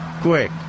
quick